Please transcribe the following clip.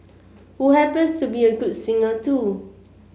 who happens to be a good singer too